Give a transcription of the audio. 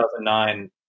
2009